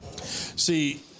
See